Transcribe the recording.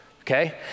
okay